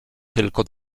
tylko